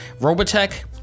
Robotech